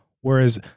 Whereas